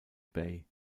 bay